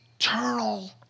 Eternal